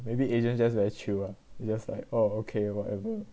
maybe asian just very chill lah they just like oh okay whatever